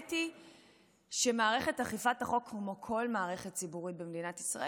האמת היא שכמו כל מערכת ציבורית במדינת ישראל,